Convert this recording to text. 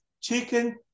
chicken